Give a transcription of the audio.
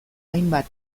hainbat